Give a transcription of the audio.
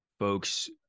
folks